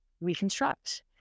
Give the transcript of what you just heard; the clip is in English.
reconstruct